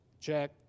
check